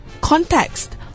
context